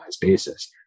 basis